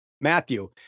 Matthew